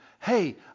hey